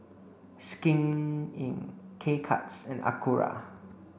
Skin Inc K Cuts and Acura